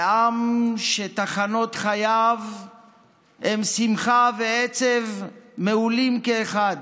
זה עם שתחנות חייו הן שמחה ועצב מהולים כאחד,